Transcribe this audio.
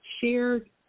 shared